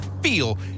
feel